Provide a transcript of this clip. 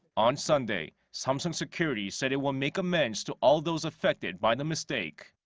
on sunday. samsung securities said it will make amends to all those affected by the mistake.